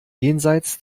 jenseits